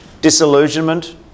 disillusionment